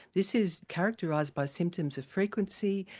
this is characterised by symptoms of frequency,